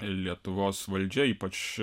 lietuvos valdžia ypač